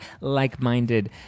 like-minded